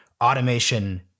automation